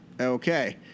Okay